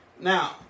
Now